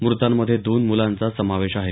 मृतांमध्ये दोन मुलांचा समावेश आहे